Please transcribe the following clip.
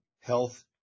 health